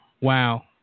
Wow